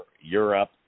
Europe